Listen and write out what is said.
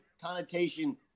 connotation